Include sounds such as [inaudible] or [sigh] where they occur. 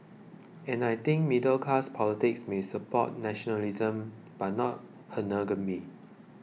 and I think middle class politics may support nationalism but not [unintelligible]